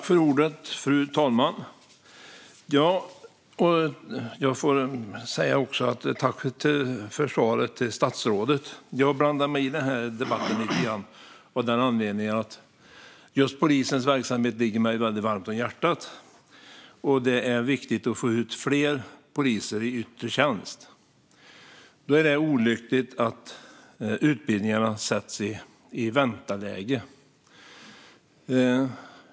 Fru talman! Jag vill också säga tack till statsrådet för svaret. Jag blandar mig i denna debatt av den anledningen att just polisens verksamhet ligger mig väldigt varmt om hjärtat. Det är viktigt att få ut fler poliser i yttre tjänst, och då är det olyckligt att utbildningarna försätts i vänteläge.